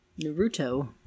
Naruto